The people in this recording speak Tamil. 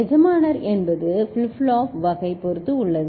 எஜமானர் என்பது flip flop வகை பொறுத்து உள்ளது